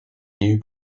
new